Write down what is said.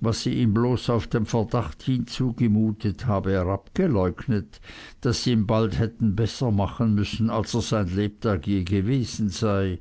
was sie ihm bloß auf den verdacht hin zugemutet habe er abgeleugnet daß sie ihn bald hätten besser machen müssen als er sein lebtag je gewesen sei